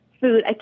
food